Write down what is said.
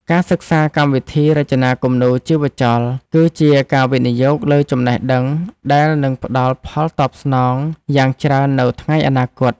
ការសិក្សាកម្មវិធីរចនាគំនូរជីវចលគឺជាការវិនិយោគលើចំណេះដឹងដែលនឹងផ្តល់ផលតបស្នងយ៉ាងច្រើននៅថ្ងៃអនាគត។